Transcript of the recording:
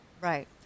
Right